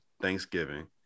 Thanksgiving